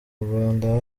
rwanda